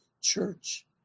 Church